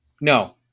No